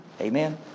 Amen